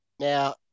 Now